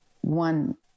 one